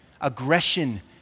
aggression